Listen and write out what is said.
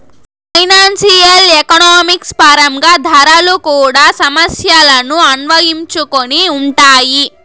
financial economics పరంగా ధరలు కూడా సమస్యలను అన్వయించుకొని ఉంటాయి